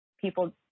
people